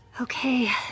Okay